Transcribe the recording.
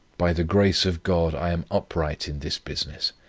by the grace of god i am upright in this business.